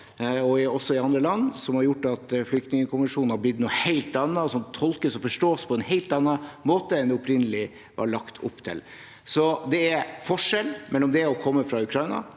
og også i andre land, som har gjort at Flyktningkonvensjonen har blitt noe helt annet, som tolkes og forstås på en helt annen måte enn det det opprinnelig var lagt opp til. Det er en forskjell når folk kommer fra Ukraina.